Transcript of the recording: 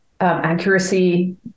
accuracy